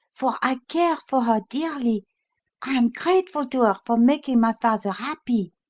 for i care for her dearly i am grateful to her for making my father happy.